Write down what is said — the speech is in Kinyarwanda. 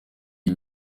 ibi